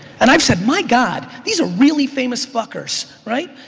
and i've said, my god, these are really famous fuckers. right?